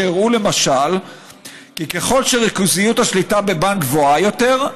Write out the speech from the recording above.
שהראו למשל שככל שריכוזיות השליטה בבנק גבוהה יותר,